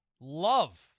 love